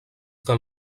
del